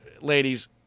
ladies